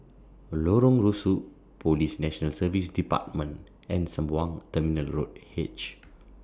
Lorong Rusuk Police National Service department and Sembawang Terminal Road H